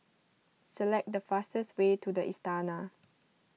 select the fastest way to the Istana